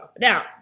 Now